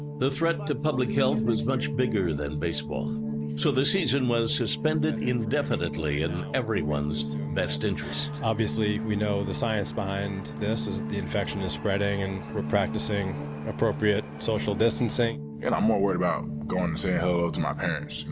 the threat to public health was much bigger than baseball. so the season was suspended indefinitely in everyone's best interest. obviously, we know the science behind this is the infection is spreading, and we're practicing appropriate social distancing. and i'm more worried about going and saying hello to my parents,